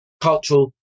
cultural